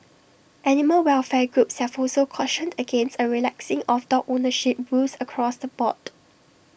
animal welfare groups have also cautioned against A relaxing of dog ownership rules across the board